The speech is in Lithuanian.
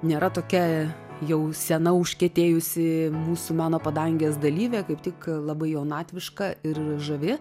nėra tokia jau sena užkietėjusi mūsų meno padangės dalyvė kaip tik labai jaunatviška ir žavi